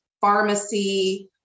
pharmacy